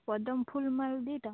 ପଦ୍ମ ଫୁଲ୍ ମାଳ ଦୁଇଟା